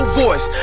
voice